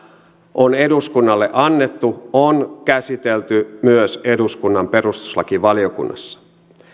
on eduskunnalle annettu on käsitelty myös eduskunnan perustuslakivaliokunnassa